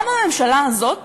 גם הממשלה הזאת